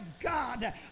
God